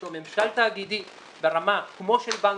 יש לו ממשל תאגידי ברמה כמו של בנקים,